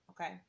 Okay